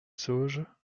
sauges